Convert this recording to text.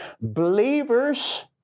Believers